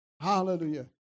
Hallelujah